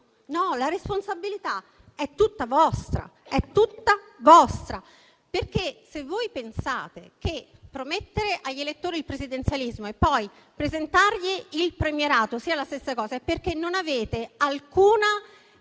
no: la responsabilità è tutta vostra. Infatti, se voi pensate che promettere agli elettori il presidenzialismo e presentargli il premierato sia la stessa cosa, è perché non avete alcuna